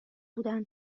بودن